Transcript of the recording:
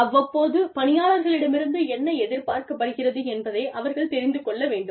அவ்வபோது பணியாளர்களிடமிருந்து என்ன எதிர்பார்க்கப்படுகிறது என்பதை அவர்கள் தெரிந்து கொள்ள வேண்டும்